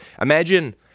imagine